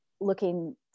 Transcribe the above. looking